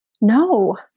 No